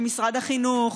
ממשרד החינוך,